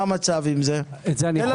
מה המצב בזה?